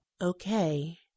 Okay